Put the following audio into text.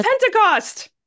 Pentecost